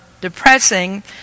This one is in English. depressing